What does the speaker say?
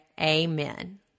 Amen